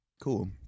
Cool